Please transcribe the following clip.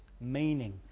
meaning